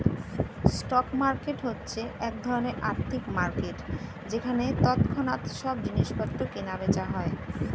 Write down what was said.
stock market হচ্ছে এক ধরণের আর্থিক মার্কেট যেখানে তৎক্ষণাৎ সব জিনিসপত্র কেনা বেচা হয়